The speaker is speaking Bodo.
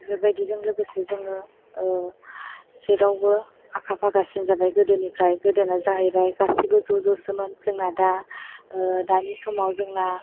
बेफोरबायदिजों लोगोसे जोङो जेरावबो आखा फाखासिन जाबाय गोदोनिफ्राय गोदोना जाहैबाय गासैबो ज' ज'सोमोन जोंना दा दानि समाव जोंना